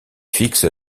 fixe